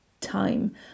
time